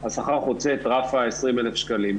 השכר חוצה את רף ה-20,000 שקלים.